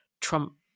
Trump